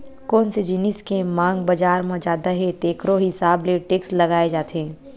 कोन से जिनिस के मांग बजार म जादा हे तेखरो हिसाब ले टेक्स लगाए जाथे